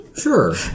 Sure